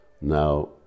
Now